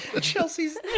Chelsea's